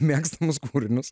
mėgstamus kūrinius